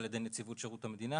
על ידי נציבות שירות המדינה,